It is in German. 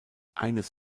eines